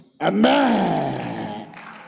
Amen